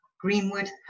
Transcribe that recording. Greenwood